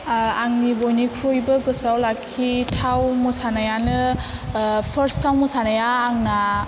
आंनि बयनिख्रुइबो गोसोआव लाखिथाव मोसानायानो फार्स्ट आव मोसानाया आंना